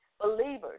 Believers